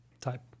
type